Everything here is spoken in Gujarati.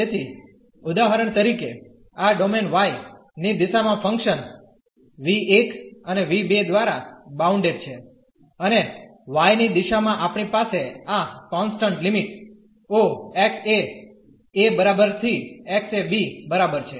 તેથી ઉદાહરણ તરીકે આ ડોમેન y ની દિશામાં ફંક્શન v1 અને v2 દ્વારા બાઉન્ડેડ છે અને y ની દિશામાં આપણી પાસે આ કોન્સટન્ટ લિમિટ ઓ x એ a બરાબર થી x એ b બરાબર છે